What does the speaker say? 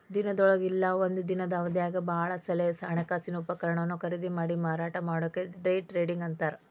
ದಿನದೊಳಗ ಇಲ್ಲಾ ಒಂದ ದಿನದ್ ಅವಧ್ಯಾಗ್ ಭಾಳ ಸಲೆ ಹಣಕಾಸಿನ ಉಪಕರಣವನ್ನ ಖರೇದಿಮಾಡಿ ಮಾರಾಟ ಮಾಡೊದಕ್ಕ ಡೆ ಟ್ರೇಡಿಂಗ್ ಅಂತಾರ್